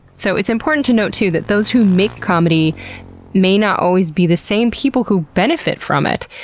so, it's important to note too that those who make comedy may not always be the same people who benefit from it.